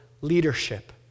leadership